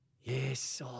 Yes